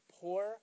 poor